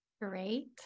Great